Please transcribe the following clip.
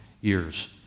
years